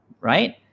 right